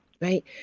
right